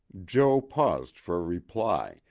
jo. paused for a reply,